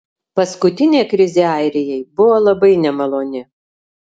paskutinė krizė airijai buvo labai nemaloni